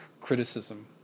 criticism